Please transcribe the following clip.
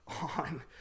on